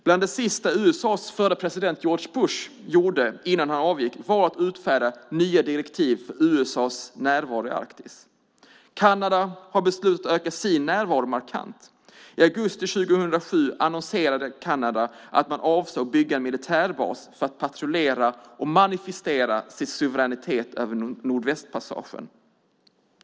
Bland det sista USA:s förre president George W Bush gjorde innan han avgick var att utfärda nya direktiv för USA:s närvaro i Arktis. Kanada har beslutat att öka sin närvaro markant. I augusti 2007 annonserade Kanada att man avsåg att bygga en militärbas för att patrullera och manifestera sin suveränitet över Nordvästpassagen.